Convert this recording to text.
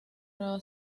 nueva